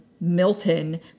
Milton